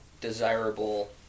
desirable